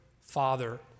father